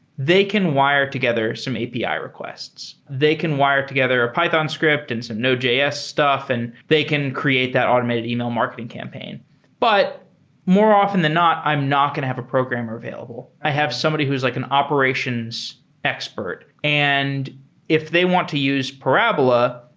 they can wire together some api requests. they can wire together a python script and some node js stuff and they can create that automated e-mail marketing campaign but more often than not, i'm not going to have a programmer available. i have somebody who's like an operations expert. and if they want to use parabola,